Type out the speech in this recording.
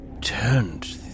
turned